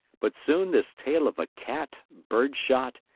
but soon this tale of a cat, bird shot,